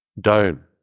down